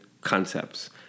concepts